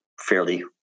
fairly